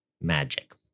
magic